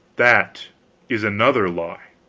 that is another lie,